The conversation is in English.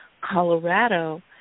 Colorado